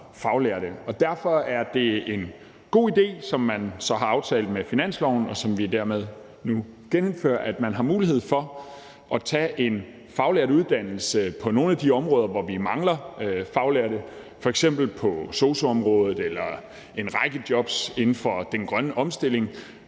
derfor er det en god ide, som man så har aftalt på finansloven, og som vi nu hermed genindfører, altså at der er mulighed for at tage en faglært uddannelse på nogle af de områder, hvor vi mangler faglærte, f.eks. på sosu-området eller i en række jobs inden for den grønne omstilling,